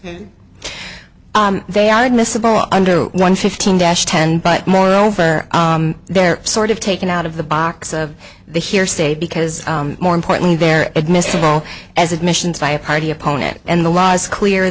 this they are admissible under one fifteen dash ten but moreover they're sort of taken out of the box of the hearsay because more importantly they're admissible as admissions by a party opponent and the law is clear